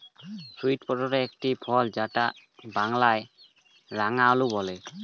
sweet potato একটি ফল যাকে বাংলায় রাঙালু বলে